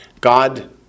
God